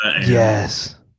yes